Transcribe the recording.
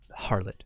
harlot